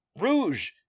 Rouge